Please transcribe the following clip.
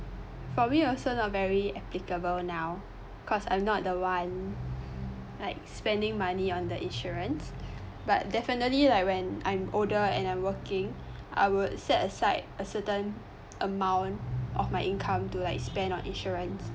for me also not very applicable now cause i'm not the one like spending money on the insurance but definitely like when i'm older and i'm working I would set aside a certain amount of my income to like spend on insurance